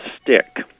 stick